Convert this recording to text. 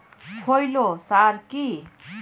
খৈল সার কি?